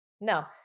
No